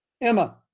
Emma